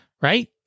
right